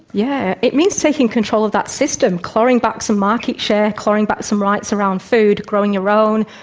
yeah it means taking control of that system, clawing back some market share, clawing back some rights around food, growing your own,